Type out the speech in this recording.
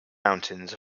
mountains